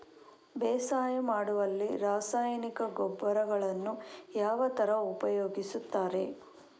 ಬೇಸಾಯ ಮಾಡುವಲ್ಲಿ ರಾಸಾಯನಿಕ ಗೊಬ್ಬರಗಳನ್ನು ಯಾವ ತರ ಉಪಯೋಗಿಸುತ್ತಾರೆ?